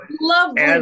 lovely